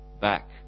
back